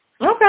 Okay